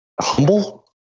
Humble